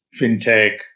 FinTech